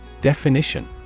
Definition